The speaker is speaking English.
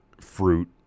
fruit